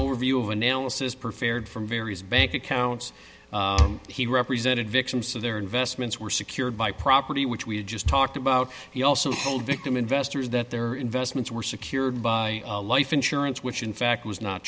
overview of analysis per faired from various bank accounts he represented victims of their investments were secured by property which we just talked about he also told victim investors that their investments were secured by a life insurance which in fact was not